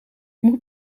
moet